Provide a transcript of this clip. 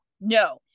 No